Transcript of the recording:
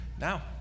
now